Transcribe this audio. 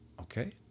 Okay